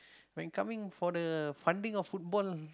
when coming for the funding of football